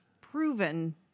proven